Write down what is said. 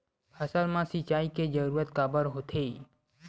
फसल मा सिंचाई के जरूरत काबर होथे?